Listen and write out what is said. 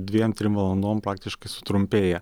dviem trim valandom faktiškai sutrumpėja